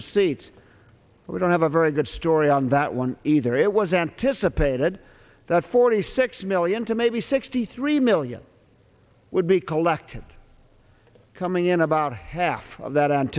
receipts so we don't have a very good story on that one either it was anticipated that forty six million to maybe sixty three million would be collected coming in about half of that